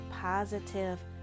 positive